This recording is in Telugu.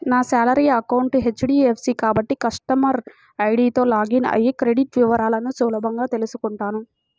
నా శాలరీ అకౌంట్ హెచ్.డి.ఎఫ్.సి కాబట్టి కస్టమర్ ఐడీతో లాగిన్ అయ్యి క్రెడిట్ వివరాలను సులభంగా తెల్సుకుంటాను